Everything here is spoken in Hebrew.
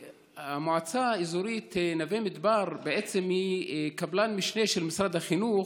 המועצה האזורית נווה מדבר היא בעצם קבלן משנה של משרד החינוך,